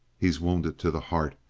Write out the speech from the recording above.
he's wounded to the heart.